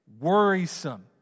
worrisome